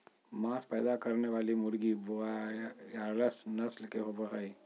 मांस पैदा करने वाली मुर्गी ब्रोआयालर्स नस्ल के होबे हइ